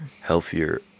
healthier